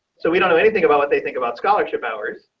so we don't know anything about what they think about scholarship ours.